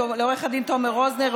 לעו"ד תומר רוזנר,